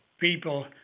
people